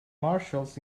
marshals